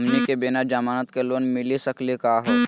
हमनी के बिना जमानत के लोन मिली सकली क हो?